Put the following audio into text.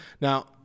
Now